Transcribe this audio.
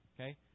Okay